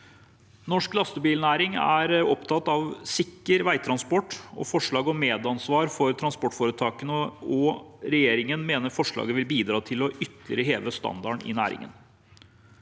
Norsk lastebilnæring er opptatt av sikker veitransport, og dermed forslaget om medansvar for transportforetakene, og regjeringen mener forslaget vil bidra til ytterligere å heve standarden i næringen.